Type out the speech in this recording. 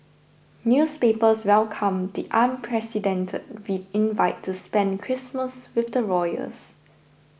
newspapers welcomed the unprecedented V invite to spend Christmas with the royals